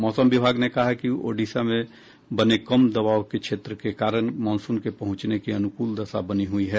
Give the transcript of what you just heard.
मौसम विभाग ने कहा है कि ओडिशा में बने कम दबाव के क्षेत्र के कारण मॉनसून के पहुंचने की अनुकूल दशा बनी हुई है